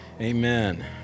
Amen